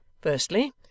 Firstly